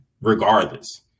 regardless